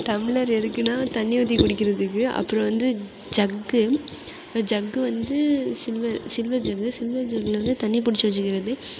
tumbler எதுக்குனால் தண்ணி ஊற்றி குடிக்கிறதுக்கு அப்புறம் வந்து ஜக்கு ஜக்கு வந்து சில்வர் சில்வர் ஜக்கு சில்வர் ஜக்கில் தண்ணி புடிச்சு வச்சிக்கிறது